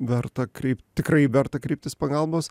verta kreip tikrai verta kreiptis pagalbos